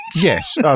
Yes